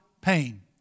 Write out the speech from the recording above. pain